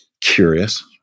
curious